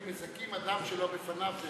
אומרים: מזכים אדם שלא בפניו.